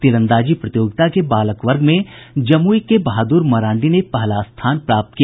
तीरंदाजी प्रतियोगिता के बालक वर्ग में जमुई के बहादुर मरांडी ने पहला स्थान प्राप्त किया